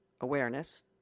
awareness